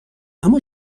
اما